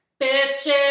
bitches